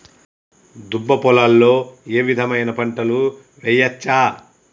దుబ్బ పొలాల్లో ఏ విధమైన పంటలు వేయచ్చా?